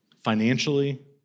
financially